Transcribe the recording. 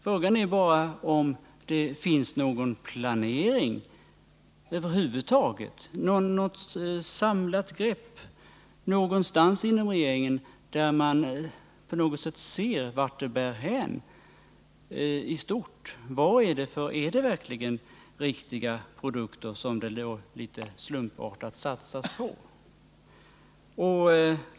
Frågan är bara om det finns någon planering över huvud taget, något samlat grepp någonstans inom regeringen, där man på något sätt ser vart det bär hän i stort. Är det verkligen riktiga produkter som det litet slumpartat satsas på?